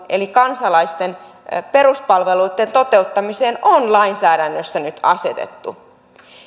eli kansalaisten peruspalveluitten toteuttamiseen on lainsäädännössä nyt asetettu